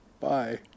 Bye